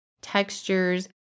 textures